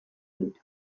dut